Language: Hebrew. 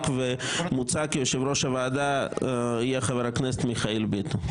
מוצע כי יושב-ראש הוועדה יהיה חבר הכנסת מיכאל ביטון.